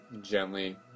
gently